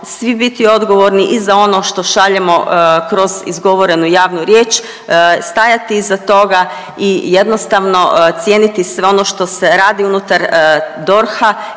svi biti odgovorni i za ono što šaljemo kroz izgovorenu javnu riječ, stajati iza toga i jednostavno cijeniti sve ono što se radi unutar DORH-a